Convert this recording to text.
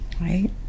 right